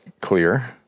clear